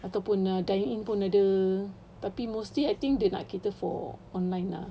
ataupun ah dine-in pun ada tapi mostly I think dia nak cater for online lah